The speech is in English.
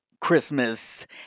Christmas